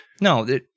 No